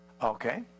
Okay